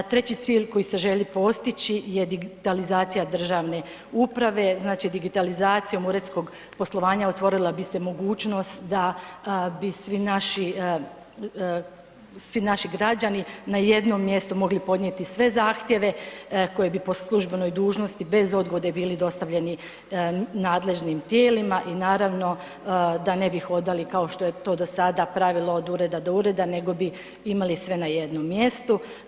Treći cilj koji se želi postići je digitalizacija državne uprave, znači digitalizacijom uredskog poslovanja otvorila bi se mogućnost da bi svi naši građani na jednom mjestu mogli podnijeti sve zahtjeve koji bi po službenoj dužnosti bez odgode bili dostavljeni nadležnim tijelima i naravno da ne bi hodali kao što je to do sada pravilo od ureda do ureda nego imali sve na jednom mjestu.